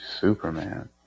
Superman